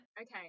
Okay